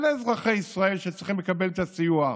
אזרחי ישראל שצריכים לקבל את הסיוע.